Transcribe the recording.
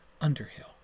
underhill